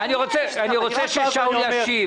אני רוצה ששאול ישיב.